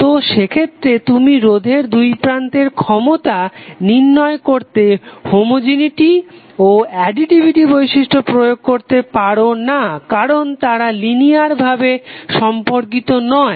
তো সেক্ষেত্রে তুমি রোধের দুইপ্রান্তের ক্ষমতা নির্ণয় করতে হোমোজেনেটি ও অ্যাডিটিভিটি বৈশিষ্ট্য প্রয়োগ করতে পারো না কারণ তারা লিনিয়ার ভাবে সম্পর্কিত নয়